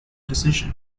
decision